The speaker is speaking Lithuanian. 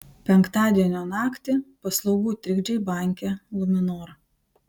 penktadienio naktį paslaugų trikdžiai banke luminor